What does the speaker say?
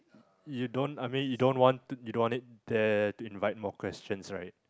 you don't I mean you don't want to you don't want it there to invite more questions right